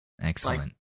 Excellent